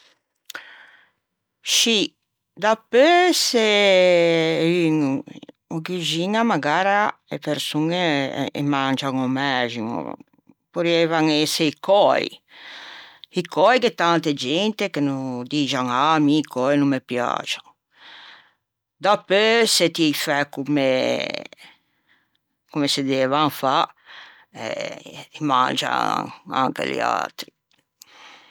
Scì, dapeu se un î cuxiña magara e personne mangian o mæximo porrieivan ëse i cöi. I cöi gh'é tante gente che dixan "Ah mi i cöi no me piaxan" dapeu se ti î fæ comme se devan fâ eh î mangian anche liatri.